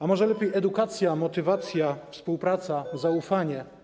A może lepiej edukacja, motywacja, współpraca, zaufanie?